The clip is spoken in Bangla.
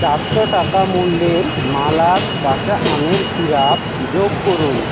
চারশো টাকা মূল্যের মালাস কাঁচা আমের সিরাপ যোগ করুন